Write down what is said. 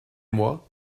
moi